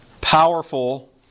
powerful